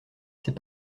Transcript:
c’est